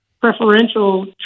preferential